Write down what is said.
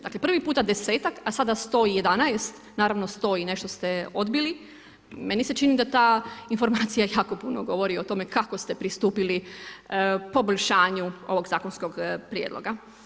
Dakle prvi puta 10-tak, a sada 111 naravno 100 i nešto ste odbili, meni se čini da ta informacija jako puno govori o tome kako ste pristupili poboljšanju ovog zakonskog prijedloga.